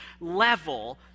level